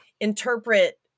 interpret